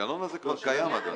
המנגנון הזה כבר קיים, אדוני.